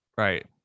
Right